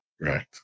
Right